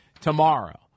tomorrow